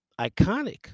iconic